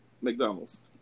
McDonald's